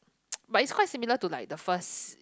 but is quite similar to like the first